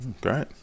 great